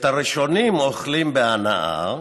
את הראשונים אוכלים בהנאה,